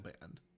band